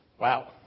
Wow